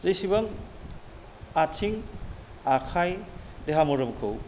जेसेबां आथिं आखाइ देहा मोदोमखौ